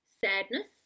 sadness